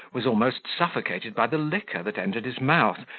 was almost suffocated by the liquor that entered his mouth,